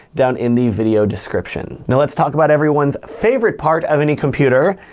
down in the video description. now let's talk about everyone's favorite part of any computer,